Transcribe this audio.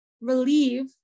relieve